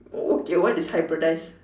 okay what is hybridize